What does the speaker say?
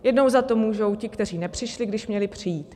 Jednou za to můžou ti, kteří nepřišli, když měli přijít.